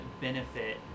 benefit